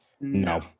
no